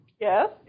Yes